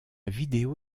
vidéo